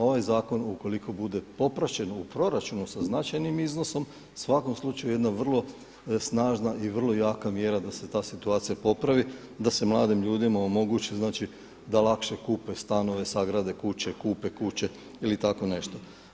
Ovaj zakon ukoliko bude popraćen u proračunu sa značajnim iznosom u svakom slučaju jedna vrlo snažna i vrlo jaka mjera da se ta situacija popravi, da se mladim ljudima omogući, znači da lakše kupe stanove, sagrade kuće, kupe kuće ili tako nešto.